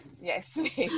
Yes